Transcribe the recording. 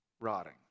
Rotting